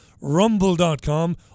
rumble.com